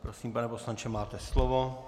Prosím, pane poslanče, máte slovo.